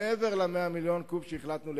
מעבר ל-100 מיליון הקוב שהחלטנו לקצץ.